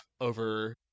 over